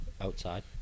outside